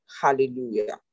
hallelujah